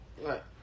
Right